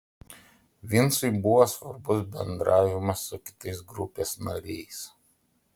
vincui buvo svarbus bendravimas su kitais grupės nariais